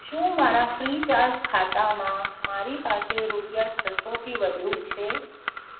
શું મારા ફ્રીચાર્જ ખાતામાં મારી પાસે રૂપિયા છસોથી વધુ છે